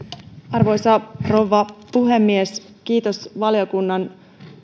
arvoisa rouva puhemies kiitos valiokunnan